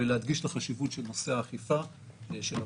ולהדגיש את החשיבות של נושא האכיפה של הפקחים.